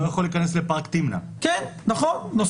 הוא לא יכול להיכנס לפארק תמנע.